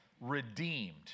redeemed